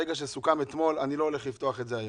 ברגע שסוכם אתמול, אני לא הולך לפתוח את זה היום.